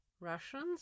Russians